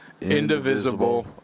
indivisible